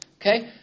Okay